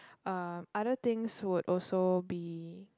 um other things would also be